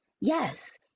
Yes